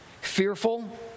fearful